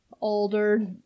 older